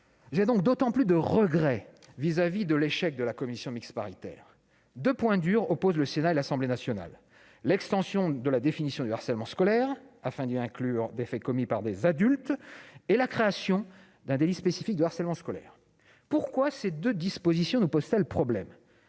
J'ai donc d'autant plus de regrets quant à l'échec de la commission mixte paritaire. Deux points durs opposent le Sénat et l'Assemblée nationale : l'extension de la définition du harcèlement scolaire aux fins d'y inclure des faits commis par des adultes ; la création d'un délit spécifique de harcèlement scolaire. Pourquoi ces deux dispositions nous posent-elles problème ?